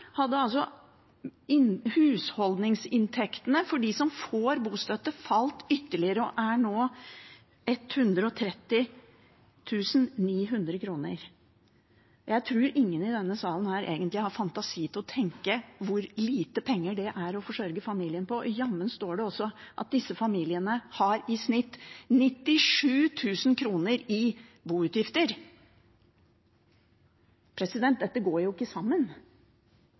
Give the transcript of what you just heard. hadde husholdningsinntektene for dem som får bostøtte, falt ytterligere og er nå 130 900 kr. Jeg tror egentlig ingen i denne salen har fantasi til å tenke seg hvor lite penger det er å forsørge familien på. Og jammen står det også at disse familiene i snitt har 97 000 kr i boutgifter. Dette går jo ikke